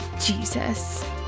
Jesus